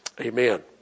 Amen